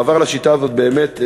מעבר לשיטה הזאת באמת,